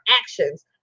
actions